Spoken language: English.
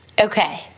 Okay